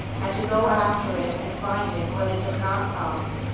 and to go after it and find it when it does not come,